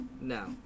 No